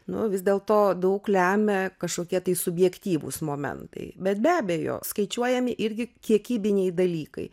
nu vis dėl to daug lemia kažkokie tai subjektyvūs momentai bet be abejo skaičiuojami irgi kiekybiniai dalykai